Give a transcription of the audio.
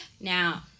Now